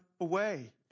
away